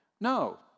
No